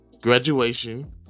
Graduation